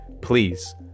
please